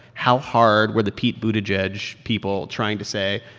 how hard were the pete buttigieg people trying to say,